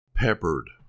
Peppered